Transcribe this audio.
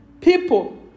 people